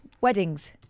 Weddings